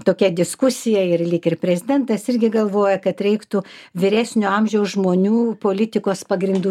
tokia diskusija ir lyg ir prezidentas irgi galvoja kad reiktų vyresnio amžiaus žmonių politikos pagrindų